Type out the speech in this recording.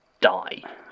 die